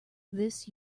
this